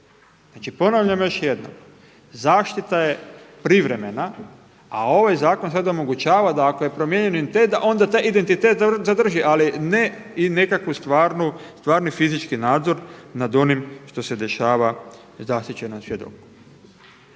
Znači ponavljam još jednom, zaštita je privremena, a ovaj zakon sada omogućava da ako promijeni identitet da onda taj identitet zadrži, ali ne i nekakvu stvarni fizički nadzor nad onim što se dešava zaštićenom svjedoku.